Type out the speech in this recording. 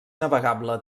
navegable